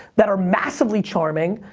that are massively charming,